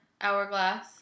Hourglass